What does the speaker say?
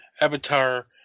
Avatar